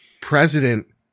President